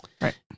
Right